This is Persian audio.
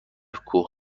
کوه